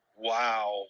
Wow